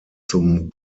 zum